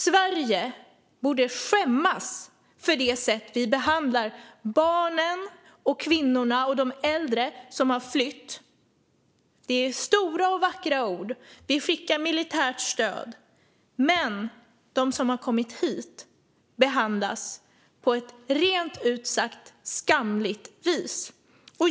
Sverige borde skämmas för det sätt på vilket vi behandlar de barn, kvinnor och äldre som har flytt. Det är stora och vackra ord, och vi skickar militärt stöd. Men de som har kommit hit behandlas på ett rent ut sagt skamligt vis.